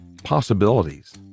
possibilities